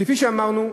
כפי שאמרנו,